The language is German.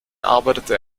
arbeitete